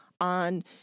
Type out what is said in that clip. on